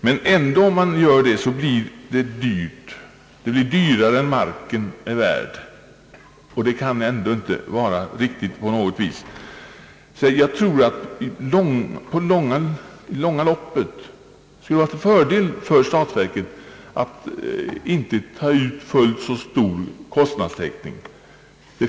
Förrättningskostnaden blir i alla fall högre än vad marken är värd, och det kan inte vara riktigt. I det långa loppet skulle det nog vara till fördel för statsverket att inte ta ut full kostnadstäckning.